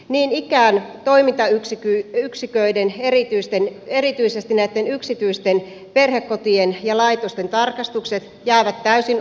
niin ikään toimintayksiköiden erityisesti näitten yksityisten perhekotien ja laitosten tarkastukset jäävät täysin olemattomiin